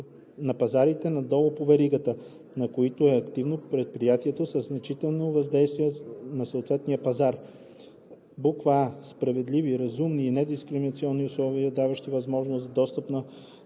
на пазарите надолу по веригата, на които е активно предприятието със значително въздействие на съответен пазар при: а) справедливи, разумни и недискриминационни условия, даващи възможност за достъп до